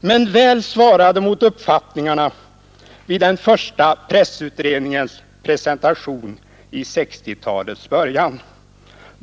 men väl svarade mot uppfattningarna vid den första pressutredningens presentation i 1960-talets början.